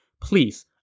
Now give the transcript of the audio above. Please